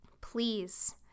please